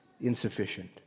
insufficient